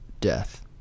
death